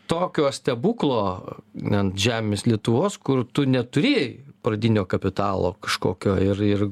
tokio stebuklo ant žemės lietuvos kur tu neturi pradinio kapitalo kažkokio ir ir